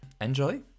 Enjoy